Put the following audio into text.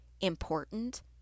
important